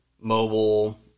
mobile